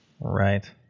Right